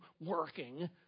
working